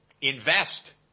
Invest